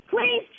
Please